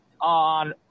on